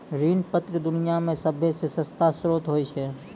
ऋण पत्र दुनिया मे सभ्भे से सस्ता श्रोत होय छै